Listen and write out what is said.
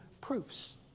proofs